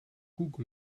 google